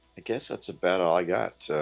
guess that's about all i got